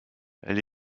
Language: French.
elle